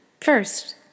First